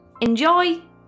Enjoy